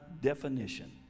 definition